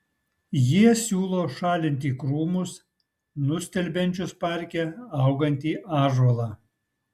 jie siūlo šalinti krūmus nustelbiančius parke augantį ąžuolą